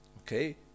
okay